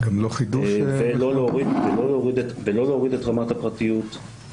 ולא להוריד את רמת הפרטיות,